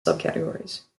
subcategories